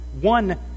one